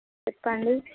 చెప్పండి